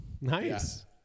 nice